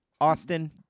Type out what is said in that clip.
Austin